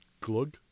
glug